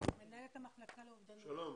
מנהלת המחלקה לאובדנות שלום.